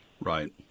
Right